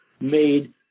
made